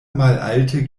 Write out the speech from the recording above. malalte